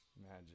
magic